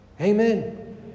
Amen